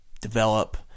develop